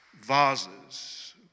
vases